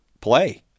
play